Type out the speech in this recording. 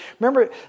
remember